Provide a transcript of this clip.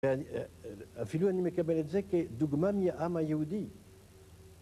אפילו אני מקבל את זה כדוגמא מהעם יהודי